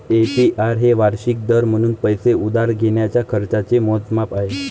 APR हे वार्षिक दर म्हणून पैसे उधार घेण्याच्या खर्चाचे मोजमाप आहे